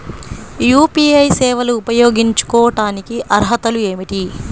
UPI సేవలు ఉపయోగించుకోటానికి అర్హతలు ఏమిటీ?